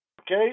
okay